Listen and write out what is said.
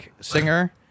singer